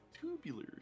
Tubular